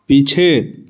पीछे